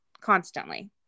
constantly